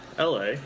LA